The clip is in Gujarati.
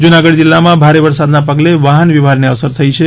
જુનાગઢ જિલ્લામાં ભારે વરસાદના પગલે વાહન વ્યવહારને અસર થઈ છે